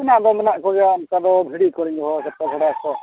ᱢᱮᱱᱟᱜ ᱫᱚ ᱢᱮᱱᱟᱜ ᱠᱚᱜᱮᱭᱟ ᱚᱱᱠᱟ ᱫᱚ ᱵᱷᱤᱰᱤ ᱠᱚᱞᱤᱧ ᱫᱚᱦᱚ ᱫᱚᱦᱚ ᱟᱠᱟᱫ ᱠᱚᱣᱟ ᱵᱷᱮᱰᱟ ᱠᱚ